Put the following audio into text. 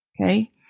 Okay